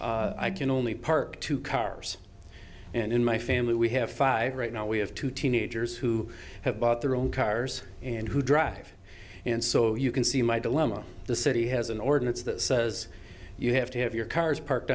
i can only park two cars in my family we have five right now we have two teenagers who have bought their own cars and who drive and so you can see my dilemma the city has an ordinance that says you have to have your cars parked